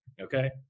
Okay